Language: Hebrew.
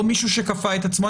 או מישהו שכפה את עצמו.